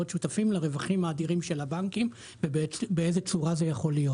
שותפים לרווחים האדירים של הבנקים ובאיזה צורה זה יכול להיות?